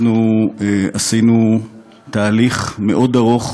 אנחנו עשינו תהליך מאוד ארוך